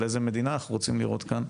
על איזה מדינה אנחנו רוצים לראות כאן.